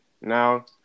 Now